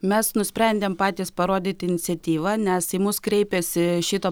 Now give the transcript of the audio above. mes nusprendėm patys parodyti iniciatyvą nes į mus kreipėsi šito